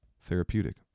therapeutic